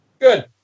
Good